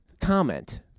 comment